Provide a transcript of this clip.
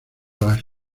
las